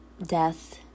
death